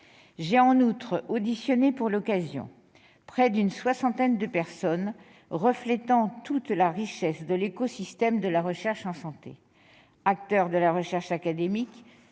J'ai en outre auditionné, pour l'occasion, près d'une soixantaine de personnes, reflétant toute la richesse de l'écosystème de la recherche en santé : acteurs de la recherche académique,